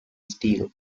steel